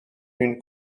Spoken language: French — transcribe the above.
une